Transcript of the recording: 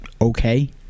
okay